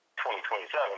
2027